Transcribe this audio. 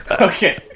Okay